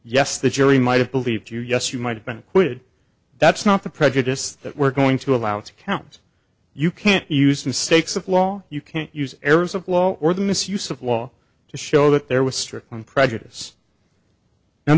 yes the jury might have believed you yes you might have been acquitted that's not the prejudice that we're going to allow to count you can't use mistakes of law you can't use errors of law or the misuse of law to show that there was strictly prejudice and